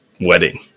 wedding